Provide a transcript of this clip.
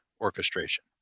orchestration